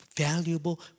Valuable